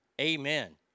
Amen